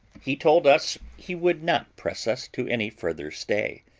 he told us he would not press us to any further stay,